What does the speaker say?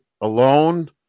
alone